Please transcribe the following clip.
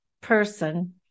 person